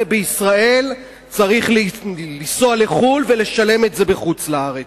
בישראל צריך לנסוע לחוץ-לארץ ולשלם בחוץ-לארץ.